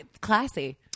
classy